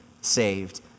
saved